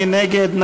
מי נגד?